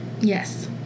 Yes